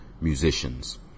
musicians